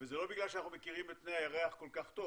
וזה לא מפני שאנחנו מכירים את פני הירח כל כך טוב